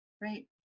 Right